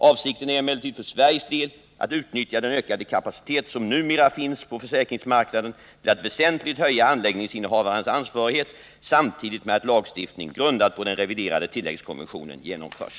Avsikten är emellertid för Sveriges del att utnyttja den ökade kapacitet som numera finns på försäkringsmarknaden till att väsentligt höja anläggningsinnehavarens ansvarighet samtidigt med att lagstiftning grundad på den reviderade tilläggskonventionen genomförs.